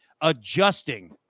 adjusting